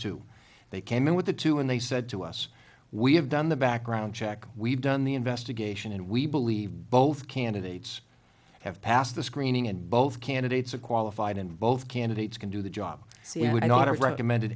two they came in with the two and they said to us we have done the background check we've done the investigation and we believe both candidates have passed the screening and both candidates are qualified and both candidates can do the job